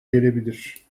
gelebilir